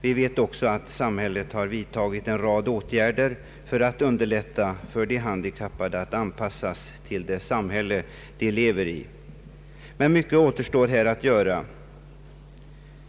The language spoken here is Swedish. Vi vet också att samhället har vidtagit en rad åtgärder för att underlätta för de handikappade att anpassas till det samhälle de lever i. Men mycket återstår här att göra.